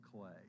clay